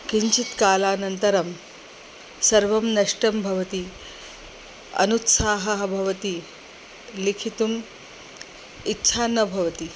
किञ्चित् कालानन्तरं सर्वं नष्टं भवति अनुत्साहः भवति लिखितुम् इच्छा न भवति